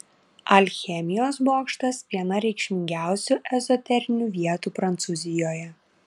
alchemijos bokštas viena reikšmingiausių ezoterinių vietų prancūzijoje